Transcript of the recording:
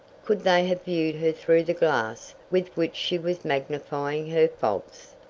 could they have viewed her through the glass with which she was magnifying her faults.